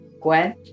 Gwen